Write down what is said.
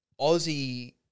Aussie